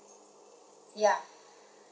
ya